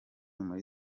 muri